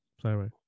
Sorry